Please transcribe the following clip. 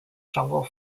jungle